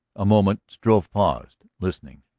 a moment struve paused, listening.